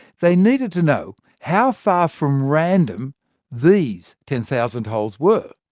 they needed to know how far from random these ten thousand holes were.